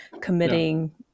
committing